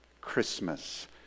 Christmas